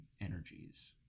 energies